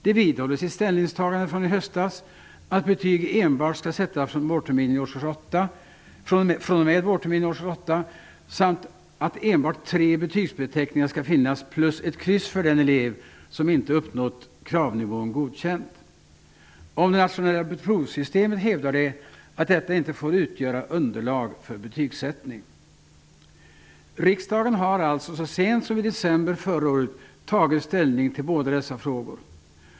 De vidhåller sitt ställningstagande från i höstas, nämligen att betyg enbart skall sättas fr.o.m. vårterminen i årskurs 8 och att enbart tre betygsbeteckningar skall finnas samt ett kryss för den elev som inte uppnått kravnivån godkänt. De hävdar att det nationella provsystemet inte får utgöra underlag för betygssättning. Riksdagen har alltså så sent som i december förra året tagit ställning i båda dessa frågor.